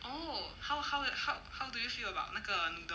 oh how how how how do you feel about 那个 noodle